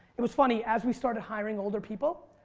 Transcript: it was funny as we started hiring older people,